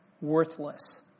worthless